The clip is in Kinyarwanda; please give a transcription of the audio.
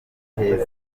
rigeze